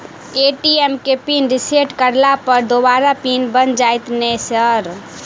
ATM केँ pin reset करला पर दोबारा पिन बन जाइत नै सर?